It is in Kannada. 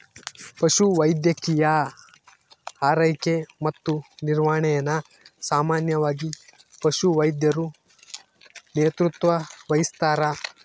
ಪಶುವೈದ್ಯಕೀಯ ಆರೈಕೆ ಮತ್ತು ನಿರ್ವಹಣೆನ ಸಾಮಾನ್ಯವಾಗಿ ಪಶುವೈದ್ಯರು ನೇತೃತ್ವ ವಹಿಸ್ತಾರ